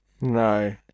No